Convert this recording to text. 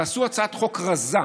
תעשו הצעת חוק רזה,